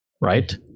right